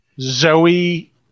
Zoe